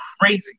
crazy